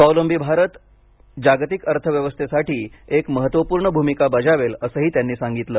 स्वावलंबी भारत जागतिक अर्थव्यवस्थेसाठी एक महत्त्वपूर्ण भूमिका बजावेल असंही त्यांनी सांगितलं